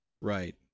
Right